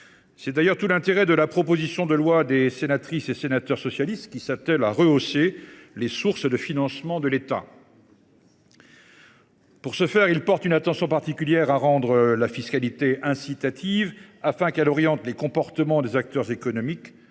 C’est là tout l’intérêt de la présente proposition de loi des sénatrices et sénateurs socialistes, qui s’attellent à la hausse des sources de financement de l’État. Pour ce faire, nos collègues portent une attention particulière à rendre la fiscalité « incitative », afin qu’elle oriente les comportements des acteurs économiques,